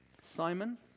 Simon